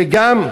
וגם,